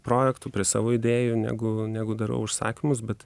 projektų prie savo idėjų negu negu darau užsakymus bet